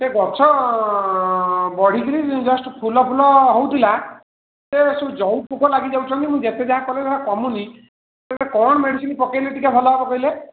ସେ ଗଛ ବଢ଼ିକିରି ଜଷ୍ଟ ଫୁଲ ଫୁଲ ହଉଥିଲା ସେ ଯେଉଁ ପୋକ ଲାଗିଯାଉଛନ୍ତି ମୁଁ ଯେତେ ଯାହା କଲେ ବି କମୁନି କ'ଣ ମେଡ଼ିସିନ୍ ପକେଇଲେ ଟିକିଏ ଭଲ ହବ କହିଲେ